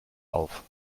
auf